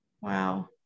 Wow